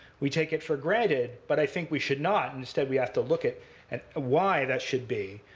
we take it for granted, but i think we should not. instead, we have to look at and why that should be.